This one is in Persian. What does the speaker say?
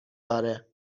داره